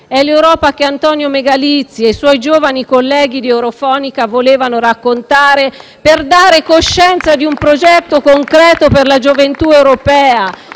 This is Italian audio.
È l'Europa che Antonio Megalizzi e i suoi giovani colleghi di Europhonica volevano raccontare per dare coscienza di un progetto concreto per la gioventù europea